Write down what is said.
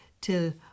till